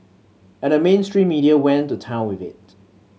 and the mainstream media went to town with it